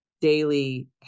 daily